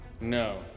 No